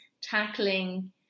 tackling